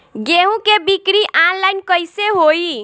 गेहूं के बिक्री आनलाइन कइसे होई?